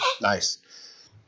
Nice